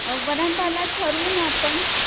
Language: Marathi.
व्हरांडाला ठरवू ना आपण